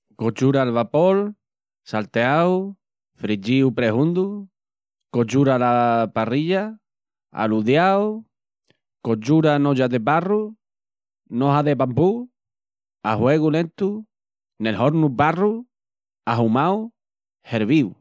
Cochura al vapol, salteau, friyíu prehundu, cochura ala parrilla, aludiau, cochura n'olla de barru, n'oja de bambú, a huegu lentu, nel hornu barru, ahumau, hervíu.